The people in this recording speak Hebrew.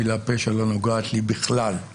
המילה פשע לא נוגעת לי בכלל.